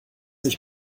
ich